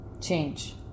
change